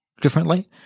differently